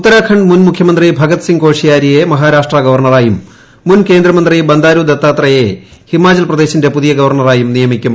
ഉത്താരാഖണ്ഡ് മൂൻമുഖ്യമന്ത്രി ഭഗത് സിംഗ് കോശ്യാരിയെ മഹാരാഷ്ട്രാ ഗവർണറായും മുൻ കേന്ദ്രമന്ത്രി ബന്ദാരു ദത്താത്രേയയെ ഹിമാചൽ പ്രദേശിന്റെ പുതിയ ഗവർണറായും നിയമിക്കും